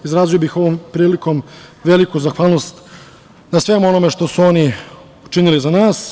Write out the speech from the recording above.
Izrazio bih ovom prilikom veliku zahvalnost na svemu onom što su oni učinili za nas.